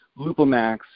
LupoMax